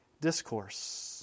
discourse